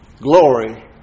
glory